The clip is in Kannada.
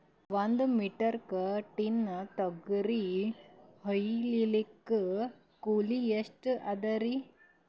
ಒಂದ್ ಮೆಟ್ರಿಕ್ ಟನ್ ತೊಗರಿ ಹೋಯಿಲಿಕ್ಕ ಕೂಲಿ ಎಷ್ಟ ಅದರೀ?